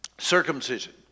Circumcision